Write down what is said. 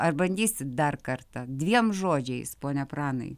ar bandysit dar kartą dviem žodžiais pone pranai